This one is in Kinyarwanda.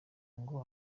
ngo